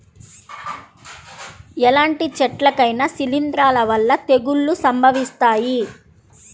ఎలాంటి చెట్లకైనా శిలీంధ్రాల వల్ల తెగుళ్ళు సంభవిస్తాయి